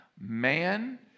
Man